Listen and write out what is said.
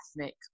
ethnic